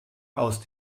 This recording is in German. aus